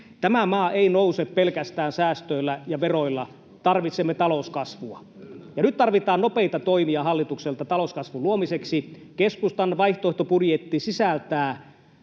Tämä maa ei nouse pelkästään säästöillä ja veroilla, tarvitsemme talouskasvua, ja nyt tarvitaan nopeita toimia hallitukselta talouskasvun luomiseksi. Keskustan vaihtoehtobudjetti sisältää